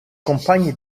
compagni